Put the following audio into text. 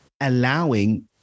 allowing